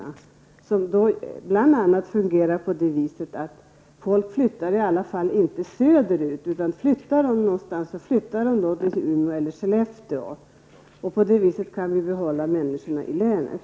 Dessa har i alla fall det goda med sig att folk inte flyttar söderut. Flyttar man någonstans, blir det i stället till Umeå eller Skellefteå. På det viset kan vi behålla människorna i länet.